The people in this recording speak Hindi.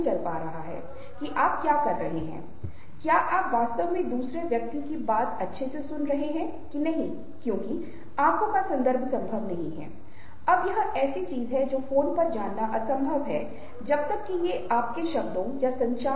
हमें खुशी और आश्चर्य का संयोजन खुशी और शांत का संयोजन उदासी और घृणा उदासी और क्रोध का संयोजन कहते हैं अब आप उन्हें जोड़ते हैं और उन्हें तीव्रता देते हैं आपके पास शायद एक और 100 भाव हैं